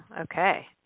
Okay